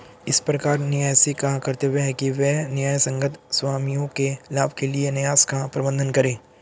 इस प्रकार न्यासी का कर्तव्य है कि वह न्यायसंगत स्वामियों के लाभ के लिए न्यास का प्रबंधन करे